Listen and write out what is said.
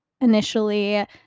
initially